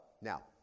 Now